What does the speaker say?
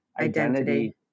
identity